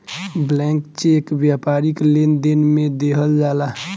blank cheque व्यापारिक लेनदेन में देहल जाला